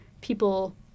people